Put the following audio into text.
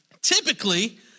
typically